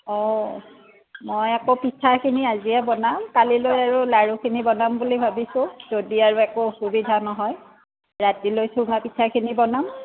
অ' মই আকৌ পিঠাখিনি আজিয়ে বনাম কালিলৈ আৰু লাৰুখিনি বনাম বুলি ভাবিছোঁ যদি আৰু একো অসুবিধা নহয় ৰাতিলৈ চুঙা পিঠাখিনি বনাম